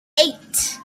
eight